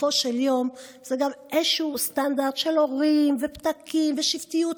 בסופו של יום זה גם איזשהו סטנדרט של הורים ופתקים ושבטיות.